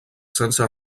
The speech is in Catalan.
sense